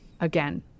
Again